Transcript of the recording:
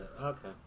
okay